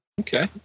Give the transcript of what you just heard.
Okay